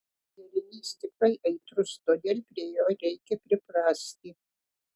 derinys tikrai aitrus todėl prie jo reikia priprasti